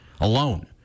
alone